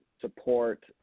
support